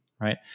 right